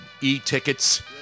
e-tickets